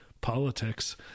politics